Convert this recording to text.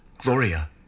Gloria